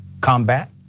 combat